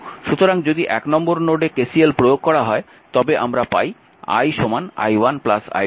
সুতরাং যদি 1 নম্বর নোডে KCL প্রয়োগ করা হয় তবে আমরা পাই i i1 i2